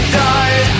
die